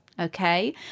Okay